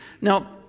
Now